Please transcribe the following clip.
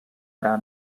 ara